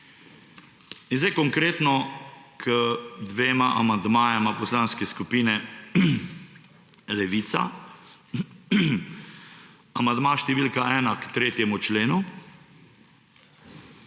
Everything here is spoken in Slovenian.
In zdaj konkretno k dvema amandmajema Poslanske skupine Levica. Amandma številka 1 k 3. členu.